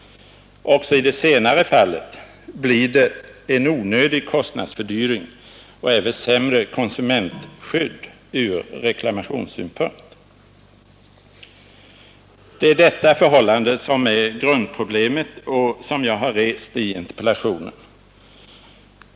Också i det senare fallet blir det en onödig kostnadsökning och även sämre konsumentskydd ur reklamationssynpunkt. Det är detta förhållande som är grundproblemet och som jag har rest i interpellationen.